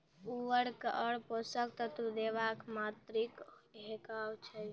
उर्वरक आर पोसक तत्व देवाक मात्राकी हेवाक चाही?